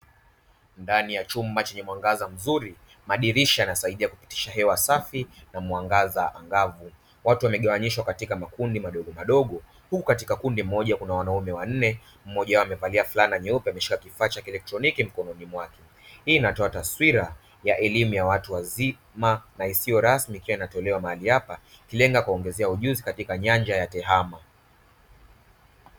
Ndani ya chumba chenye mwangaza mzuri madirisha yanasaidia kupitisha hewa safi na mwangaza angavu, watu wamegawanyishwa katika makundi madogomadogo huku katika kundi moja kuna wanaume wanne mmoja wao amevalia fulana nyeupe ameshika kifaa cha kielektroniki mkononi mwake. Hii inatoa taswira ya elimu ya watu wazima na isiyo rasmi ikiwa inatolewa mahali hapa ikilenga kuwaongezea ujuzi katika nyanja ya tehama.